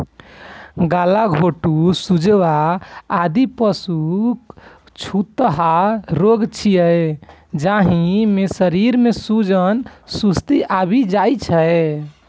गलाघोटूं, सुजवा, आदि पशुक छूतहा रोग छियै, जाहि मे शरीर मे सूजन, सुस्ती आबि जाइ छै